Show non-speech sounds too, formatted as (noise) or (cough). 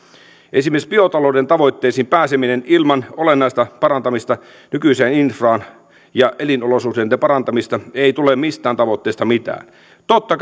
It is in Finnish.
esimerkiksi biotalouden tavoitteisiin pääseminen ei onnistu ilman olennaista parantamista nykyiseen infraan ja ilman elinolosuhteiden parantamista ei tule mistään tavoitteesta mitään totta (unintelligible)